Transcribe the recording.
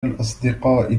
الأصدقاء